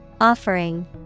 Offering